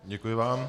Děkuji vám.